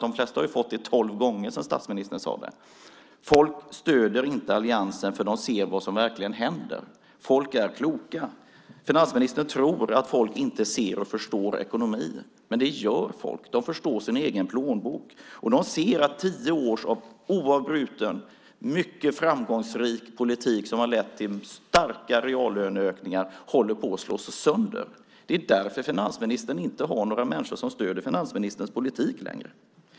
De flesta har alltså fått ett lönekuvert tolv gånger sedan statsministern sade det här. Folk stöder inte alliansen, för de ser vad som verkligen händer. Folk är kloka. Finansministern tror att folk inte ser och förstår ekonomi, men det gör folk. De förstår sin egen plånbok, och de ser att tio år av oavbruten mycket framgångsrik politik som har lett till starka reallöneökningar håller på att slås sönder. Det är därför finansministern inte har några människor som stöder finansministerns politik längre.